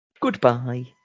Goodbye